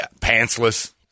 Pantsless